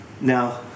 Now